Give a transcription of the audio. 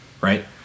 right